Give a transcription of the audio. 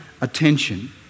attention